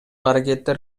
аракеттер